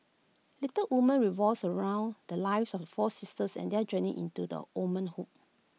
Little Women revolves around the lives of four sisters and their journey into womanhood